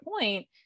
point